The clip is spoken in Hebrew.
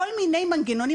כל מיני מנגנונים.